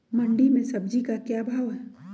मंडी में सब्जी का क्या भाव हैँ?